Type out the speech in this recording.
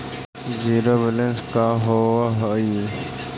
Zero balance का होव हइ?